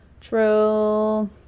True